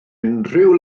unrhyw